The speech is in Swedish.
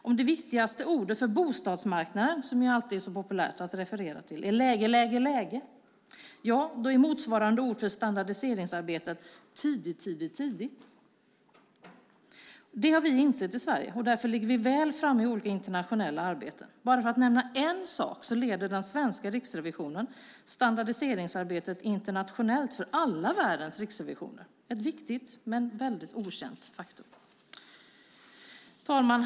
Om det viktigaste ordet för bostadsmarknaden, som alltid är så populärt att referera till är läge, läge, läge. Ja, då är motsvarande ord för standardiseringsarbetet tidigt, tidigt, tidigt. Det har vi insett i Sverige, och därför ligger vi väl framme i olika internationella arbeten. Bara för att nämna en sak så leder den svenska Riksrevisionen standardiseringsarbetet internationellt för alla världens riksrevisioner. Det är ett viktigt men väldigt okänt faktum. Fru talman!